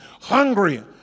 Hungry